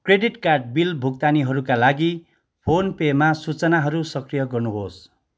credit card bill भुक्तानीहरूका लागि PhonePe मा सूचनाहरू सक्रिय गर्नुहोस्